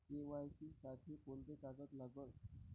KYC साठी कोंते कागद लागन?